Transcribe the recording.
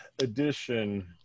edition